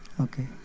Okay